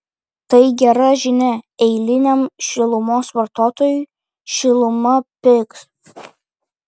tai gera žinia eiliniam šilumos vartotojui šiluma pigs